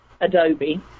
Adobe